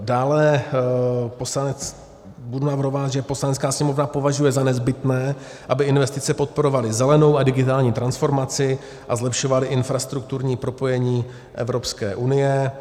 Dále budu navrhovat, že Poslanecká sněmovna považuje za nezbytné, aby investice podporovaly zelenou a digitální transformaci a zlepšovaly infrastrukturní propojení Evropské unie.